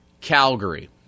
Calgary